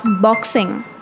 boxing